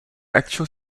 actual